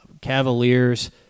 Cavaliers